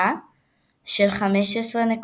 המונדיאל אינו יכול להתקיים